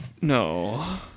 No